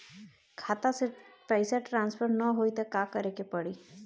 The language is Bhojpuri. खाता से पैसा टॉसफर ना होई त का करे के पड़ी?